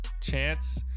chance